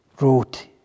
wrote